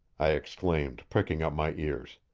i exclaimed, pricking up my ears.